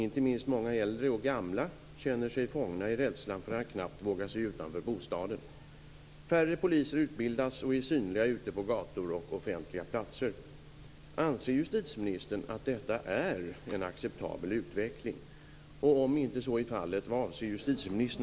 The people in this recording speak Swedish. Inte minst många äldre och gamla känner sig fångna i en rädsla för att knappt våga sig utanför bostaden. Färre poliser utbildas och är synliga ute på gator och på offentliga platser.